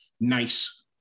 nice